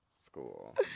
School